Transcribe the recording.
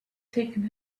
taken